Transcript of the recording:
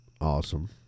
awesome